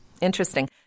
Interesting